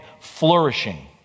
flourishing